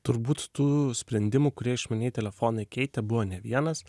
turbūt tų sprendimų kurie išmanieji telefonai keitė buvo ne vienas